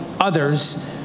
others